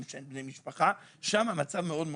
שבהם אין בני משפחה שם המצב מאוד קשה.